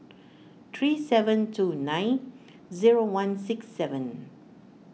three seven two nine zero one six seven